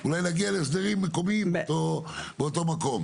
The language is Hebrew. אולי נגיע להסדרים מקומיים באותו מקום.